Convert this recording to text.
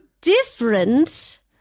different